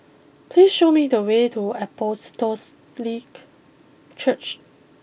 please show me the way to Apostolic Church